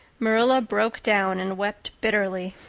marilla broke down and wept bitterly.